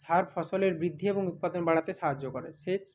সার ফসলের বৃদ্ধি এবং উৎপাদন বাড়াতে সাহায্য করে সেচ